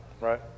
right